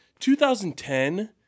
2010